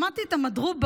שמעתי את המדרובה,